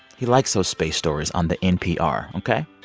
he likes those space stories on the npr. ok?